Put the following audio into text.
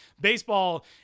Baseball